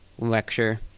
lecture